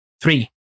Three